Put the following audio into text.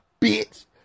bitch